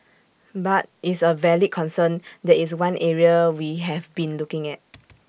but is A valid concern that is one area we have been looking at